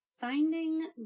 Finding